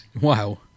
Wow